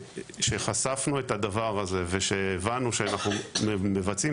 כשחשפנו את הדבר הזה והבנו שאנחנו מבצעים